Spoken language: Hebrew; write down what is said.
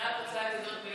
אני רק רוצה לומר מילה,